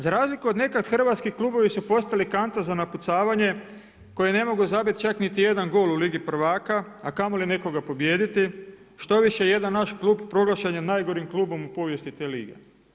Za razliku od nekad, hrvatski klubovi su postali kanta za napucavanje, koje ne nogu zabiti čak niti jedan gol u Ligi prvaka, a kamoli nekoga pobijediti, štoviše, jedan naš klub proglašen je najgorim klubom u povijesti te lige.